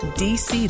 dc